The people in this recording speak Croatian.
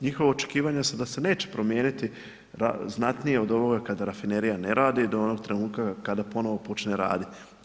Njihova očekivanja su da se neće promijeniti znatnije od ovoga kada rafinerija ne radi do onog trenutka kada ponovno počne raditi.